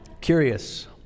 Curious